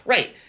Right